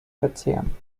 verzehren